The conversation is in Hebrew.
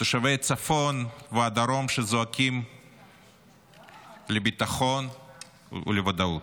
מתושבי הצפון והדרום שזועקים לביטחון ולוודאות.